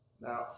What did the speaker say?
Now